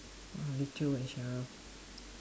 ah Li Choo and Cheryl